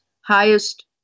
highest